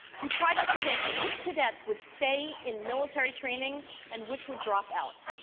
we tried to predict which cadets would stay in military training and which would drop out.